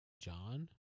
John